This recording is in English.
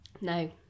No